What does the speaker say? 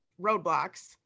roadblocks